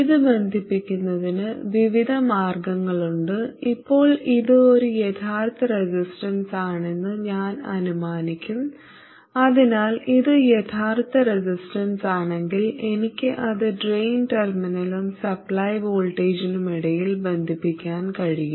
ഇത് ബന്ധിപ്പിക്കുന്നതിന് വിവിധ മാർഗങ്ങളുണ്ട് ഇപ്പോൾ ഇത് ഒരു യഥാർത്ഥ റെസിസ്റ്റൻസാണെന്ന് ഞാൻ അനുമാനിക്കും അതിനാൽ ഇത് യഥാർത്ഥ റെസിസ്റ്റൻസാണെങ്കിൽ എനിക്ക് അത് ഡ്രെയിൻ ടെർമിനലിനും സപ്ലൈ വോൾട്ടേജിനുമിടയിൽ ബന്ധിപ്പിക്കാൻ കഴിയും